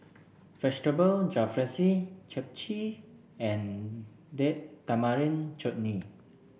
Vegetable Jalfrezi Japchae and Date Tamarind Chutney